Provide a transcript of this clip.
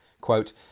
quote